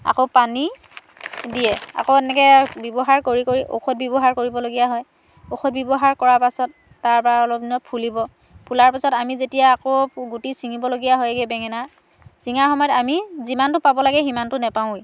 আকৌ পানী দিয়ে আকৌ তেনেকে ব্যৱহাৰ কৰি কৰি ঔষধ ব্যৱহাৰ কৰিবলগীয়া হয় ঔষধ ব্যৱহাৰ কৰাৰ পাছত তাৰ পৰা অলপ দিনত ফুলিব ফুলাৰ পাছত আমি যেতিয়া আকৌ গুটি চিঙিবলগীয়া হয়গে বেঙেনাৰ চিঙাৰ সময়ত আমি যিমানটো পাব লাগে সিমানটো নেপাওঁৱেই